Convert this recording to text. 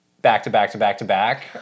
back-to-back-to-back-to-back